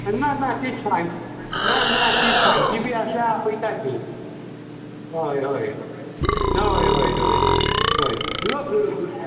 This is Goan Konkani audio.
ना ना ती शां ना ना ती शांती बी आसा आपयता ती हय हय हय हय हय हय लोक